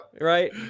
right